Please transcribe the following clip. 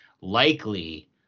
Likely